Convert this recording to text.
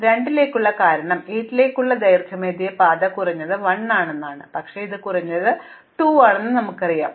ഇത് 2 കാരണം 8 ലേക്കുള്ള ദൈർഘ്യമേറിയ പാത കുറഞ്ഞത് 1 ആണെന്ന് പറയും പക്ഷേ ഇത് കുറഞ്ഞത് 2 ആണെന്ന് നമുക്കറിയാം അതിനാൽ വീണ്ടും ഞങ്ങൾ മാറുന്നില്ല